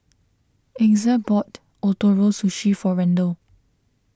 Exa bought Ootoro Sushi for Randle